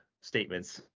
statements